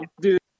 dude